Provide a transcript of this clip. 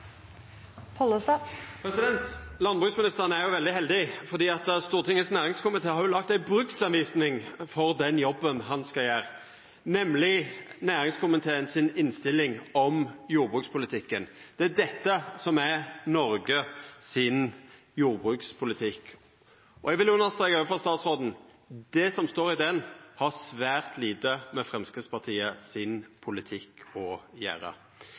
Pollestad – til oppfølgingsspørsmål. Landbruksministeren er veldig heldig, for Stortingets næringskomité har laga ei bruksrettleiing for den jobben han skal gjera, nemleg næringskomiteens innstilling om jordbrukspolitikken. Det er dette som er Noregs jordbrukspolitikk. Eg vil understreka overfor statsråden at det som står i ho, har svært lite med Framstegspartiets politikk å gjera.